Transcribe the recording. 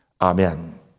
Amen